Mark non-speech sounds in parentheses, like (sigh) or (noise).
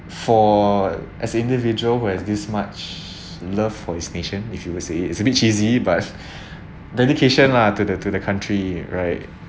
for as individual who has this much love for his nation if you will see it's a bit cheesy but (laughs) dedication lah to the to the country right